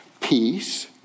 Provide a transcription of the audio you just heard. Peace